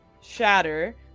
Shatter